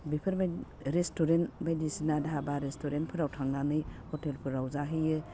बेफोरबाय रेस्टुरेन्ट बायदिसिना धाबा रेस्टुरेन्टफ्राव थांनानै ह'टेलफोराव जाहैयो